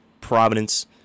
Providence